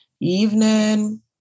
Evening